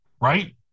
right